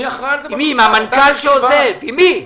עם מי,